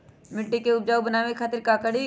मिट्टी के उपजाऊ बनावे खातिर का करी?